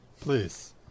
Please